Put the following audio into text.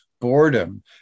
boredom